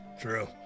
True